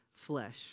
flesh